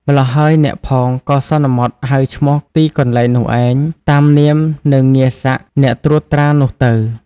ម្ល៉ោះហើយអ្នកផង ក៏សន្មតហៅឈ្មោះទីកន្លែងនោះឯង តាមនាម និងងារសក្ដិ អ្នកត្រួតត្រានោះទៅ។